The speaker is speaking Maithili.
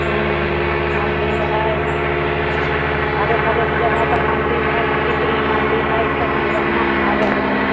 हूँ मन्दिर हइ हरेक हरेक जगह पर मन्दिर हइ मणिपुरमे मन्दिर हइ ई सब चीज बढ़िऑं लागऽ हइ देखऽमे